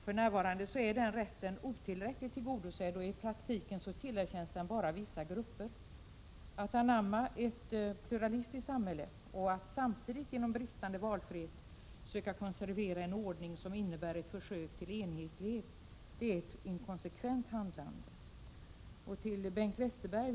För närvarande är den rätten otillräckligt tillgodosedd, och i praktiken tillerkänns den bara vissa grupper. Att anamma ett pluralistiskt samhälle och att samtidigt genom bristande valfrihet söka konservera en ordning som innebär ett försök till enhetlighet är ett inkonsekvent handlande. Sedan till Bengt Westerberg.